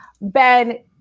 Ben